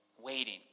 waiting